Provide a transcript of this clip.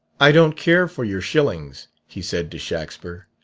i don't care for your shillings he said to shaxper,